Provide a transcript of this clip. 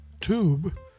Tube